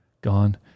Gone